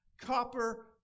copper